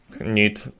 need